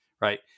right